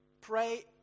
pray